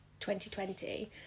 2020